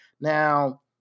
Now